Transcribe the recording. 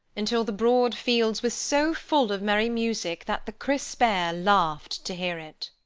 until the broad fields were so full of merry music, that the crisp air laughed to hear it!